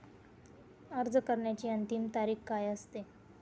अर्ज करण्याची अंतिम तारीख काय असते?